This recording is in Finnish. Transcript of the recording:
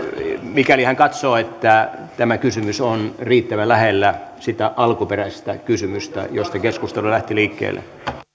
mikäli hän katsoo että tämä kysymys on riittävän lähellä sitä alkuperäistä kysymystä josta keskustelu lähti liikkeelle